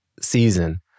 season